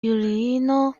juliino